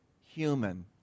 human